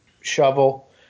shovel